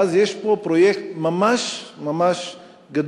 ואז יש פה פרויקט ממש גדול,